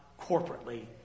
corporately